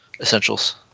essentials